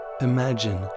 Imagine